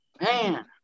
Man